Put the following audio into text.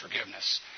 forgiveness